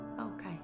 okay